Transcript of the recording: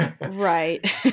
Right